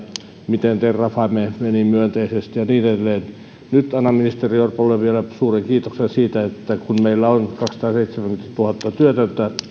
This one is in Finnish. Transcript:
miten terrafame meni myönteisesti ja niin edelleen nyt annan ministeri orpolle vielä suuren kiitoksen siitä kun meillä on kaksisataaseitsemänkymmentätuhatta työtöntä